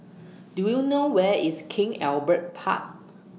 Do YOU know Where IS King Albert Park